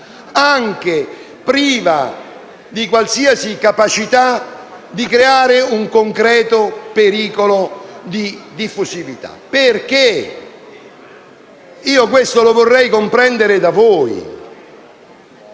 anche priva di qualsiasi capacità di creare un concreto pericolo di diffusività? Perché questo lo vorrei comprendere da voi!